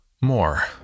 More